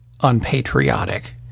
Unpatriotic